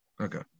Okay